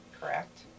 Correct